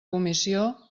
comissió